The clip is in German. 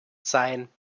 sein